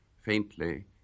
faintly